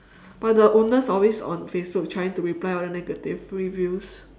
but the owner's always on facebook trying to reply all the negative reviews